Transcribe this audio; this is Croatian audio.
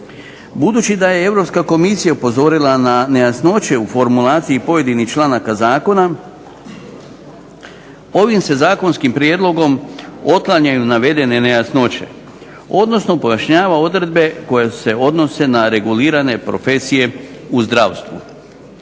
što je ovdje već bilo izrečeno upozorila na nejasnoće u formulaciji pojedinih članaka zakona ovim se zakonskim prijedlogom otklanjaju navedene nejasnoće odnosno pojašnjavaju odredbe koje se odnose na regulirane profesije u zdravstvu.